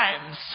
times